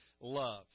love